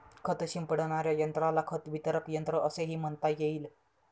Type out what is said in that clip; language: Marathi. खत शिंपडणाऱ्या यंत्राला खत वितरक यंत्र असेही म्हणता येईल